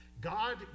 god